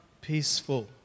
peaceful